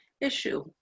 issue